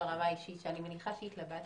ברמה האישית,